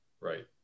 right